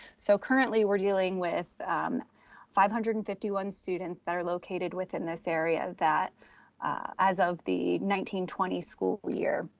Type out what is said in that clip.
so currently we're dealing with five hundred and fifty one students that are located within this area that as of the nineteen twenty school year,